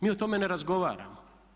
Mi o tome ne razgovaramo.